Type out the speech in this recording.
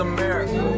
America